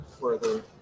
further